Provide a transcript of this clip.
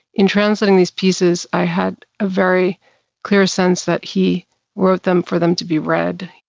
in translating these pieces, i had a very clear sense that he wrote them for them to be read.